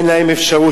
אין להם אפשרות.